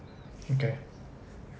okay